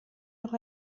noch